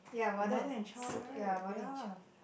a mother and child right ya